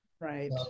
right